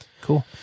Cool